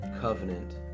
covenant